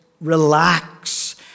relax